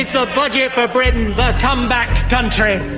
so budget for britain, the come-back country.